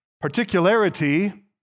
particularity